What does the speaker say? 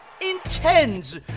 intends